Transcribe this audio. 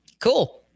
Cool